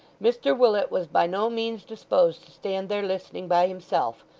mr willet was by no means disposed to stand there listening by himself,